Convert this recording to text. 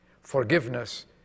forgiveness